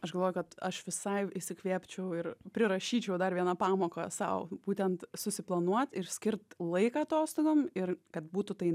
aš galvoju kad aš visai įsikvėpčiau ir prirašyčiau dar vieną pamoką sau būtent susiplanuot ir skirt laiką atostogom ir kad būtų tai